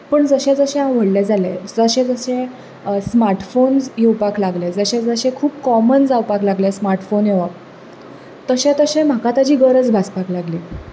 पूण जशें जशें हांव व्हडलें जालें जशें जशें स्मार्ट फोनस येवपाक लागले जशें जशें खूब कॉमन जावपाक लागलें स्मार्ट फोन येवप तशें तशें म्हाका ताची गरज भासपाक लागली